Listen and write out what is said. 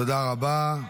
תודה רבה.